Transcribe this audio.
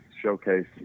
showcase